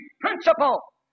principle